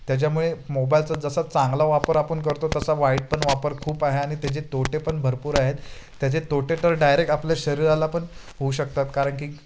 त्याच्यामुळे मोबाईलचा जसा चांगला वापर आपण करतो तसा वाईट पण वापर खूप आहे आणि त्याचे तोटे पण भरपूर आहेत त्याचे तोटे तर डायरेक्ट आपल्या शरीराला पण होऊ शकतात कारण की